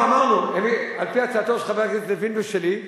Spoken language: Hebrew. לא, אמרנו: על-פי הצעתו של חבר הכנסת לוין ושלי,